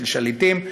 של שליטים,